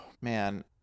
man